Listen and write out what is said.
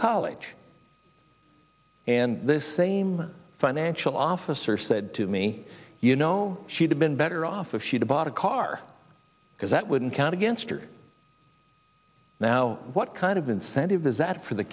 college and this same financial officer said to me you know she'd have been better off if she'd bought a car because that wouldn't count against her now what kind of incentive is that for the